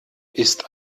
ist